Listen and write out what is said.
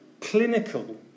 clinical